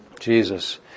Jesus